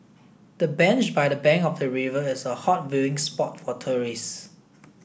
the bench by the bank of the river is a hot viewing spot for tourists